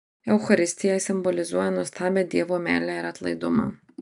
eucharistija simbolizuoja nuostabią dievo meilę ir atlaidumą